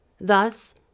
Thus